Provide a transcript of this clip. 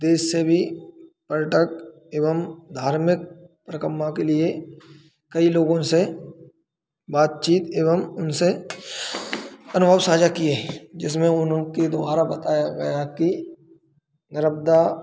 देश से भी पर्यटक एवं धार्मिक परिक्रमा के लिए कई लोगों से बाचतीच एवं उनसे अनुभव साझा किए जिसमें उन्हों के द्वारा बताया गया कि रब्दा